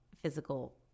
physical